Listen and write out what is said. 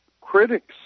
critics